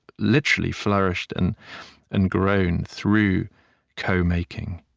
literally, flourished and and grown through co-making